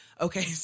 Okay